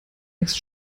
wächst